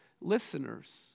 listeners